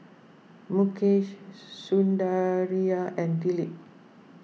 Mukesh Sundaraiah and Dilip